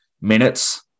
minutes